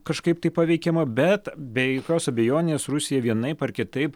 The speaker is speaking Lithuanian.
kažkaip taip paveikiama bet be jokios abejonės rusija vienaip ar kitaip